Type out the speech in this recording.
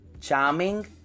Charming